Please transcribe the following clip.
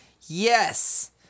Yes